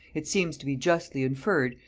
it seems to be justly inferred,